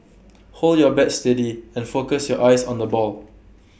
hold your bat steady and focus your eyes on the ball